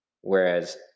Whereas